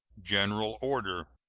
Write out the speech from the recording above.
general order.